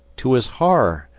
to his horror,